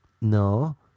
no